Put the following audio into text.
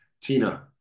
Tina